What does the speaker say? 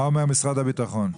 מה אומר משרד הביטחון?